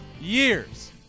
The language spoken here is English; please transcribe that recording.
years